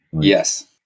Yes